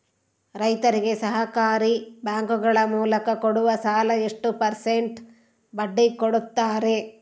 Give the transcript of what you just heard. ರೈತರಿಗೆ ಸಹಕಾರಿ ಬ್ಯಾಂಕುಗಳ ಮೂಲಕ ಕೊಡುವ ಸಾಲ ಎಷ್ಟು ಪರ್ಸೆಂಟ್ ಬಡ್ಡಿ ಕೊಡುತ್ತಾರೆ?